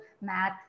math